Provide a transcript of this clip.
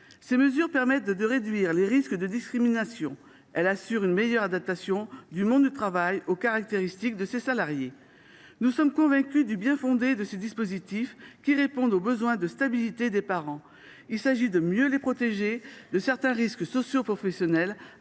Ces mesures réduisent les risques de discrimination et assurent une meilleure adaptation du monde du travail aux caractéristiques des salariés en question. Nous sommes convaincus du bien fondé de ces dispositifs, qui répondent au besoin de stabilité des parents. Il s’agit de mieux protéger ces derniers de certains risques socioprofessionnels